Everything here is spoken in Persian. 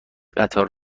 قطارم